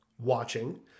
Watching